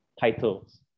titles